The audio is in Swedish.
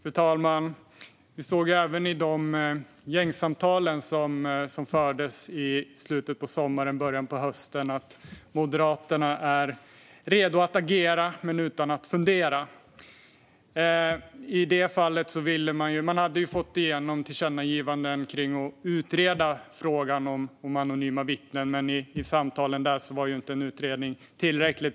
Fru talman! Vi såg även i de gängsamtal som fördes i slutet av sommaren och början av hösten att Moderaterna är redo att agera utan att fundera. Man hade fått igenom tillkännagivanden om att utreda frågan om anonyma vittnen, men i dessa samtal var en utredning inte tillräckligt.